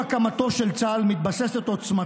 חייל ירדני נלחם נגד חייל סורי,